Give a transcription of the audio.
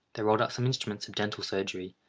there rolled out some instruments of dental surgery,